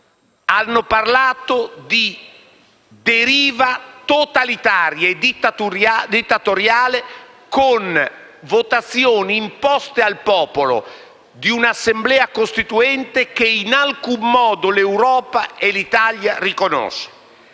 Hanno parlato di deriva totalitaria e dittatoriale, con votazioni imposte al popolo di un'Assemblea costituente che in alcun modo l'Europa e l'Italia riconoscono.